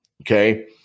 Okay